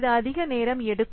இது அதிக நேரம் எடுக்கும்